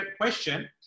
question